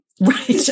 Right